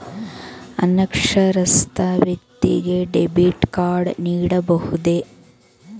ಅನಕ್ಷರಸ್ಥ ವ್ಯಕ್ತಿಗೆ debit card ನೀಡಬಹುದೇ?